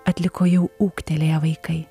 atliko jau ūgtelėję vaikai